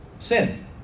Sin